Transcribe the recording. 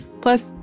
plus